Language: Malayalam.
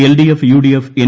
LDF UDF N